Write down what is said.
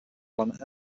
planet